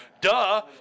duh